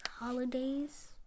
holidays